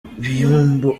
biyombo